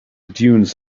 dunes